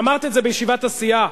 ואמרת את זה בישיבת הסיעה,